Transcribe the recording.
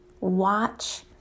watch